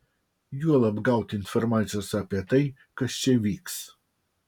juolab gauti informacijos apie tai kas čia vyks